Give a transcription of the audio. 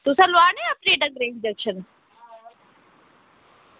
तुसें ई लोआनै न अपने घर गी टेंशन